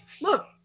Look